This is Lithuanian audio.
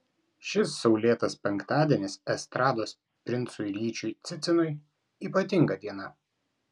šis saulėtas penktadienis estrados princui ryčiui cicinui ypatinga diena